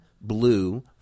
blue